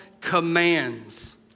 commands